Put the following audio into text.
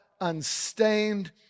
unstained